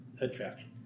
attraction